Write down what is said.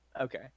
Okay